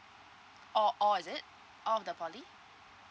all all is it all of the poly